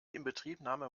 inbetriebnahme